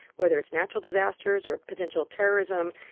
whether it's natural disasters or a potential terrorism,